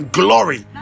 glory